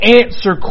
answer